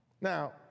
Now